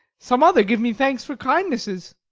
some other give me thanks for kindnesses,